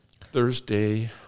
Thursday